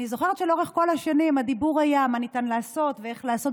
אני זוכרת שלאורך כל השנים הדיבור היה: מה ניתן לעשות ואיך לעשות,